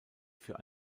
für